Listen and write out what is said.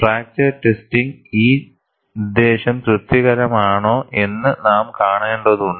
fracture ടെസ്റ്റിംഗിന് ഈ ഉദ്ദേശ്യം തൃപ്തികരമാണോ എന്ന് നാം കാണേണ്ടതുണ്ട്